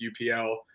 UPL